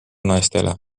naistele